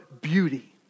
beauty